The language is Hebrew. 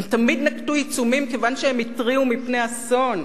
הם תמיד נקטו עיצומים כיוון שהם התריעו מפני אסון,